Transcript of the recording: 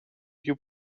più